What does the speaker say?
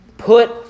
Put